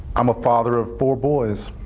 i'm a father of four boys.